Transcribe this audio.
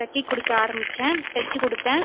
தைக்க கொடுக்க ஆரம்மிச்சேன் தைச்சிக் கொடுத்தேன்